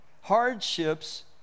hardships